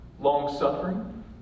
Long-suffering